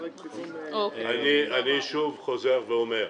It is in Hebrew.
אני שוב חוזר ואומר: